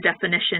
definition